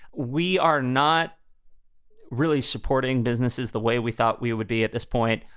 we are not really supporting businesses the way we thought we would be at this point.